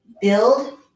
build